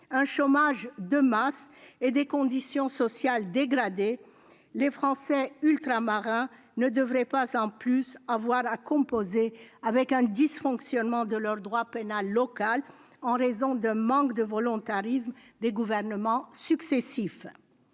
un chômage de masse et des conditions sociales dégradées, les Français ultramarins ne devraient pas en plus avoir à composer avec un dysfonctionnement de leur droit pénal local, en raison d'un manque de volontarisme des gouvernements successifs.